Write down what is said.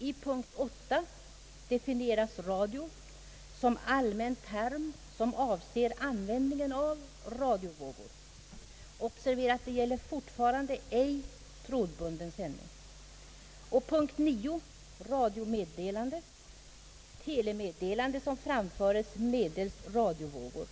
I punkt 8 definieras radio som »allmän term som avser användningen av radiovågor». Observera, att det fortfarande gäller ej trådburen sändning! I punkt 9 säges om radiomeddelande: »Telemeddelande som framföres medelst radiovågor».